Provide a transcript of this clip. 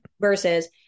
versus